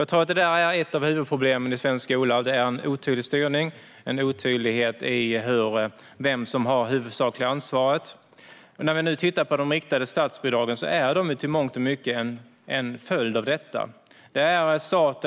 Jag tror att ett av huvudproblemen i svensk skola är att det är en otydlig styrning och en otydlighet i vem som har det huvudsakliga ansvaret, och de riktade statsbidragen är i mångt och mycket en följd av detta.